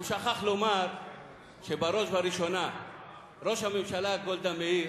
הוא שכח לומר שבראש ובראשונה ראש הממשלה גולדה מאיר,